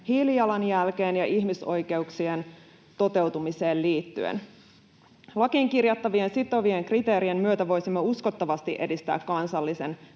hiilijalanjälkeen ja ihmisoikeuksien toteutumiseen liittyen. Lakiin kirjattavien sitovien kriteerien myötä voisimme uskottavasti edistää kansallisten